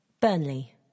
Burnley